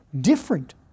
different